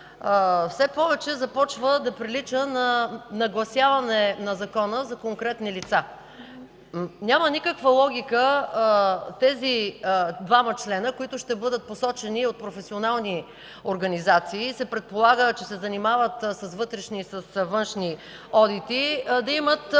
все повече започва да прилича на нагласяване на закона за конкретни лица. Няма никаква логика тези двама членове, които ще бъдат посочени от професионални организации и се предполага, че ще се занимават с вътрешни и външни одити, да имат